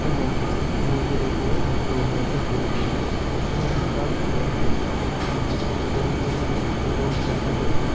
এবং মুরগির উপরও প্রভাব পড়বে এবং তার ফলে বহুত রকম রোগ দেখা যাবে